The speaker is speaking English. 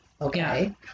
Okay